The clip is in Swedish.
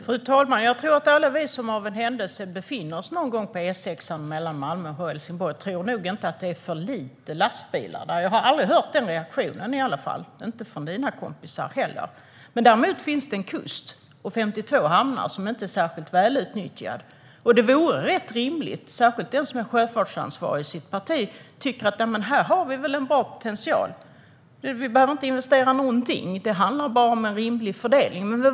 Fru talman! Jag tror att alla vi som av en händelse någon gång befinner oss på E6:an mellan Malmö och Helsingborg nog inte tycker att det är för få lastbilar där. Jag har i varje fall aldrig hört den reaktionen, inte heller från dina kompisar. Det finns emellertid en kust och 52 hamnar som inte är särskilt välutnyttjade. Det vore rimligt, särskilt för den som är sjöfartsansvarig för sitt parti, om man tycker att vi här har en bra potential. Vi behöver inte investera någonting, utan det handlar bara om en rimlig fördelning.